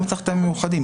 למה צריך את המיוחדים?